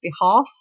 behalf